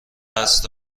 قصد